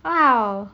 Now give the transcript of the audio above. !wow!